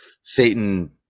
satan